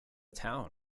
town